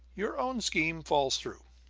your own scheme falls through!